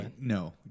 no